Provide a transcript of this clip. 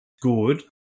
good